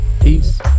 Peace